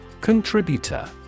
Contributor